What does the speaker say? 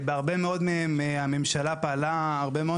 בהרבה מאוד מהם הממשלה פעלה הרבה מאוד